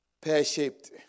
pear-shaped